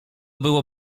było